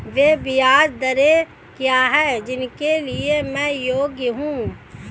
वे ब्याज दरें क्या हैं जिनके लिए मैं योग्य हूँ?